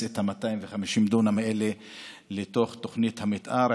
את ה-250 דונם האלה לתוך תוכנית המתאר.